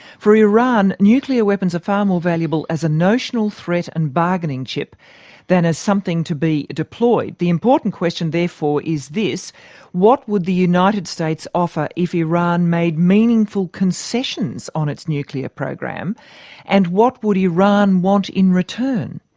for iran, nuclear weapons are far more valuable as a notional threat and bargaining chip than as something to be deployed. the important question, therefore, is this what would the united states offer if iran made meaningful concessions on its nuclear program and what would iran want in return?